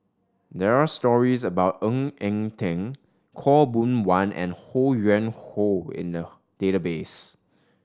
there are stories about Ng Eng Teng Khaw Boon Wan and Ho Yuen Hoe in the database